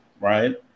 right